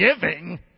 giving